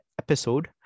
episode